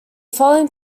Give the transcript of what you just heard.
following